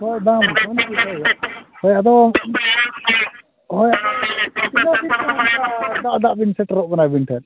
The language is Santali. ᱦᱳᱭ ᱵᱟᱝ ᱦᱳᱭ ᱟᱫᱚ ᱦᱳᱭ ᱚᱱᱟ ᱛᱮᱜᱮ ᱛᱚ ᱚᱱᱠᱟ ᱫᱟᱜ ᱫᱟᱜ ᱵᱤᱱ ᱥᱮᱴᱮᱨᱚᱜ ᱠᱟᱱᱟ ᱟᱹᱵᱤᱱ ᱴᱷᱮᱱ